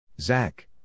Zach